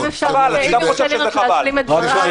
אם אפשר להשלים את דבריי.